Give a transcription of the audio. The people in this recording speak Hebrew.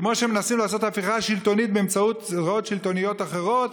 כמו שמנסים לעשות הפיכה שלטונית באמצעות גזרות שלטוניות אחרות.